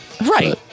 Right